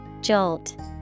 Jolt